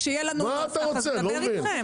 כשיהיה לנו נוסח, נדבר אתכם.